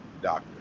doctor